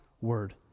word